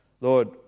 Lord